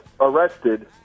arrested